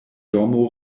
dormo